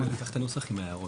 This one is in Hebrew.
יעבור סעיף-סעיף.